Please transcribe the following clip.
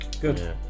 Good